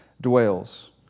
dwells